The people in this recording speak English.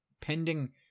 pending